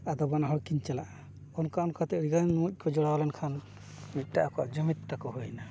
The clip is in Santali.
ᱟᱫᱚ ᱵᱟᱱᱟ ᱦᱚᱲ ᱠᱤᱱ ᱪᱟᱞᱟᱜᱼᱟ ᱚᱱᱠᱟ ᱚᱱᱠᱟᱛᱮ ᱟᱹᱰᱤᱜᱟᱱ ᱢᱩᱪ ᱠᱚ ᱡᱚᱲᱟᱣ ᱞᱮᱱᱠᱷᱟᱱ ᱢᱤᱫᱴᱟᱝ ᱟᱠᱚᱣᱟᱜ ᱡᱩᱢᱤᱫ ᱛᱟᱠᱚ ᱦᱩᱭᱮᱱᱟ